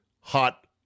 hot